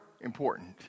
important